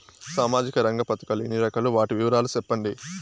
సామాజిక రంగ పథకాలు ఎన్ని రకాలు? వాటి వివరాలు సెప్పండి